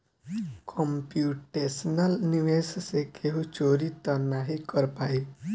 computational निवेश से केहू चोरी तअ नाही कर पाई